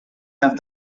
left